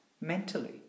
mentally